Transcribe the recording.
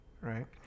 right